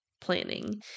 planning